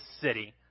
city